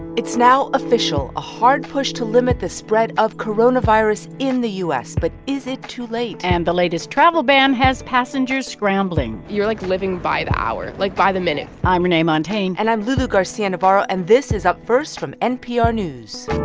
it's now official a hard push to limit the spread of coronavirus in the u s. but is it too late? and the latest travel ban has passengers scrambling you're, like, living by the hour like, by the minute i'm renee montagne and i'm lulu garcia-navarro, and this is up first from npr news